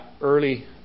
early